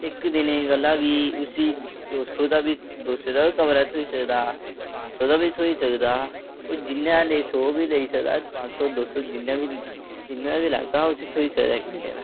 इक दिनें दी गल्ला गी उसी दो सो दा बी दो सो दा बी कमरा थ्होई सकदा पंज सौ दा बी थ्होई सकदा ओह् जिन्ने सौ बी लेई सकदा पंज सौ दो सो जिन्ने दा बी लैगा उसी थ्होई सकदा